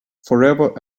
forever